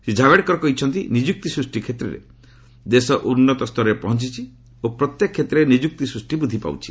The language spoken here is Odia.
ଶ୍ରୀ ଜାବଡ଼େକର କହିଛନ୍ତି ନିଯୁକ୍ତି ସୃଷ୍ଟି କ୍ଷେତ୍ରରେ ଦେଶ ଉନ୍ନତ ସ୍ତରରେ ପହଞ୍ଚିଛି ଓ ପ୍ରତ୍ୟେକ କ୍ଷେତ୍ରରେ ନିଯୁକ୍ତି ସୃଷ୍ଟି ବୃଦ୍ଧି ପାଉଛି